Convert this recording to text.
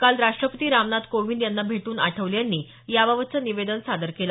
काल राष्ट्रपती रामनाथ कोविंद यांना भेट्रन आठवले यांनी याबाबतचं निवेदन सादर केलं